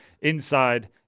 inside